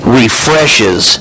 refreshes